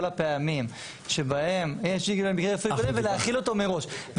הפעמים שבהם יש מקרה רפואי קודם ולהחיל אותו מראש,